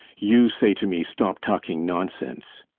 you say to me stop talking nonsense!